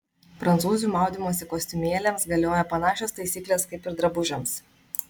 prancūzių maudymosi kostiumėliams galioja panašios taisyklės kaip ir drabužiams